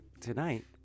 Tonight